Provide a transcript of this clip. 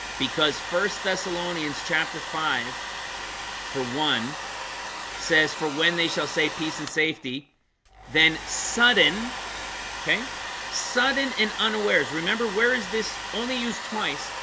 because first thessalonians chapter five for one says for when they shall say peace and safety then sudden okay sudden and unawares remember, where is this only used twice?